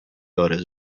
آرزو